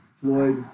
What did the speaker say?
Floyd